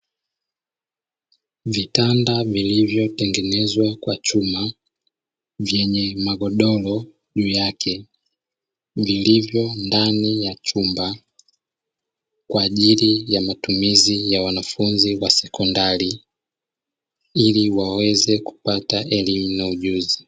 Vitanda vilivyotengenezwa kwa chuma vyenye magodoro juu yake vilivyo ndani ya chumba kwa ajili ya matumizi ya wanafunzi wa sekondari ili waweze kupata elimu na ujuzi.